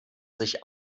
sich